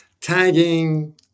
tagging